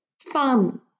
fun